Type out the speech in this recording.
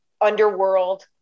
Underworld